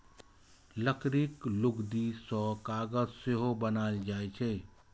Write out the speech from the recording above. लकड़ीक लुगदी सं कागज सेहो बनाएल जाइ छै